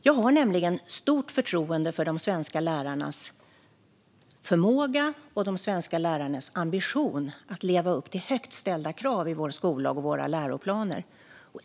Jag har nämligen stort förtroende för de svenska lärarnas förmåga och ambition att leva upp till högt ställda krav i vår skollag och våra läroplaner.